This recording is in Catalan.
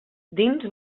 dins